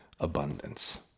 Abundance